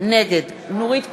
נגד נורית קורן,